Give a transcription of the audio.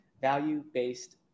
value-based